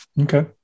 Okay